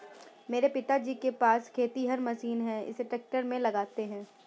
मेरे पिताजी के पास खेतिहर मशीन है इसे ट्रैक्टर में लगाते है